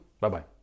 bye-bye